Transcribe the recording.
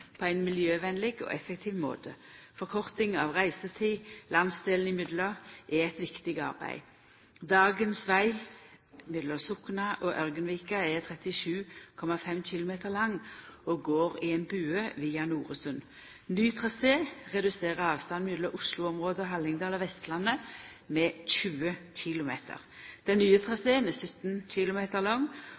på ein miljøvennleg og effektiv måte. Forkorting av reisetid landsdelane imellom er eit viktig arbeid. Dagens veg mellom Sokna og Ørgenvika er 37,5 km lang og går i ein boge via Noresund. Ny trasé reduserer avstanden mellom Oslo-området og Hallingdal og Vestlandet med 20 km. Den nye traseen er 17 km lang